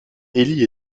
élie